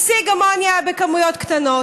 השיג אמוניה בכמויות קטנות.